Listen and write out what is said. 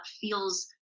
feels